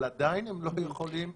אבל עדיין הם לא יכולים לפעול.